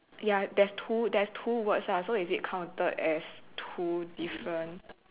ya there's two there're two words lah so is it counted as two different